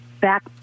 back